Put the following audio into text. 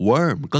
Worm